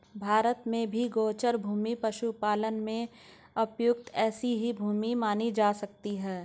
भारत में भी गोचर भूमि पशुपालन में प्रयुक्त ऐसी ही भूमि मानी जा सकती है